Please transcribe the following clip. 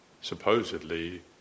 supposedly